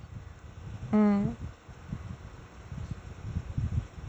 mm